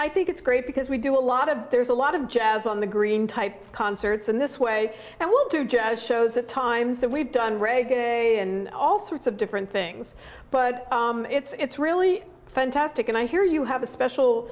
i think it's great because we do a lot of there's a lot of jazz on the green type concerts in this way and we'll do jazz shows the times that we've done and all sorts of different things but it's really fantastic and i hear you have a special